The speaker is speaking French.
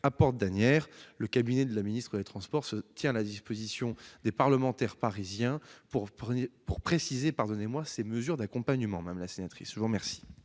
à porte d'Asnières. Le cabinet de la ministre des transports se tient à la disposition des parlementaires parisiens pour préciser ces différentes mesures d'accompagnement.